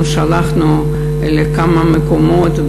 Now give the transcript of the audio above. אנחנו שלחנו לכמה מקומות,